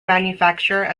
manufacturer